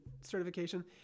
certification